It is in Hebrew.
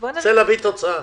רוצה להביא תוצאה.